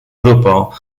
grupo